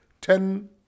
ten